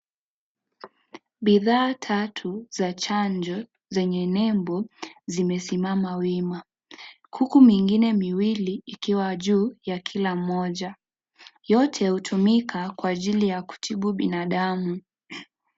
Bidhaa tatu za chanjo zenye nembo zimesimama wima, kuku mingine miwili ikiwa juu ya kila mmoja yote hutumika kwa ajili ya kutibu binadamu.